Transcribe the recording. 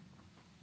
לרשותך.